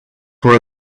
for